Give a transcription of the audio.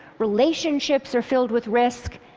relationships are filled with risk.